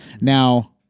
Now